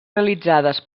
realitzades